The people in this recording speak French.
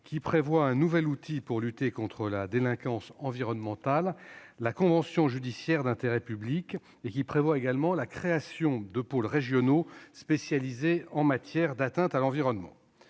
la création d'un nouvel outil pour lutter contre la délinquance environnementale- la convention judiciaire d'intérêt public -et celle de pôles régionaux spécialisés en matière d'atteintes à l'environnement.